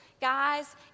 Guys